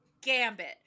Gambit